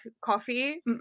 coffee